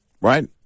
right